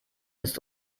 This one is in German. ist